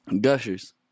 Gushers